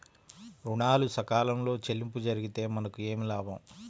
ఋణాలు సకాలంలో చెల్లింపు జరిగితే మనకు ఏమి లాభం?